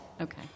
Okay